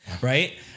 right